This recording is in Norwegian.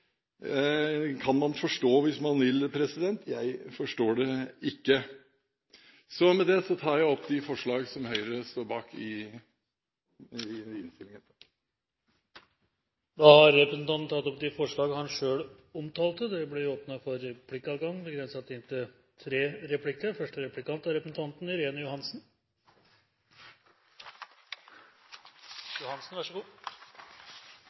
kan man forstå hvis man vil – jeg forstår det ikke. Med dette tar jeg opp de forslagene som Høyre er med på i innstillingene. Representanten Gunnar Gundersen har tatt opp de forslagene han refererte til. Det blir åpnet for